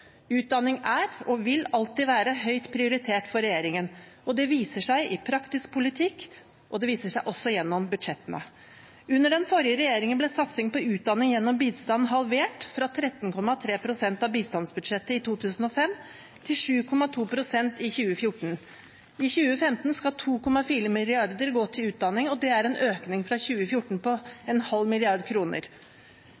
Utdanning er, og vil alltid være, høyt prioritert for regjeringen. Det viser seg i praktisk politikk, og det viser seg også gjennom budsjettene. Under den forrige regjeringen ble satsing på utdanning gjennom bistand halvert fra 13,3 pst. av bistandsbudsjettet i 2005 til 7,2 pst. i 2014. I 2015 skal 2,4 mrd. kr gå til utdanning. Det er en økning fra 2014 på